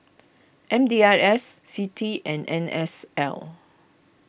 M D I S Citi and N S L